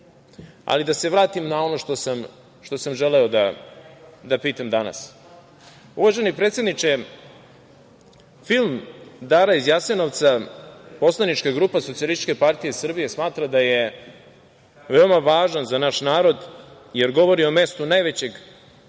Ali, da se vratim na ono što sam želeo da pitam danas. Uvaženi predsedniče, film „Dara iz Jasenovca“ poslanička grupa Socijalističke partije Srbije smatra da je veoma važan za naš narod, jer govori o mestu najvećeg